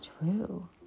true